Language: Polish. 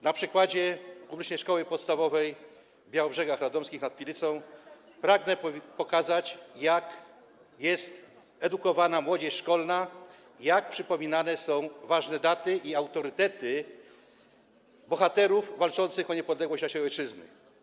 Na przykładzie publicznej szkoły podstawowej w Białobrzegach Radomskich nad Pilicą pragnę pokazać, jak jest edukowana młodzież szkolna, jak przypominane są ważne daty i autorytety bohaterów walczących o niepodległość naszej ojczyzny.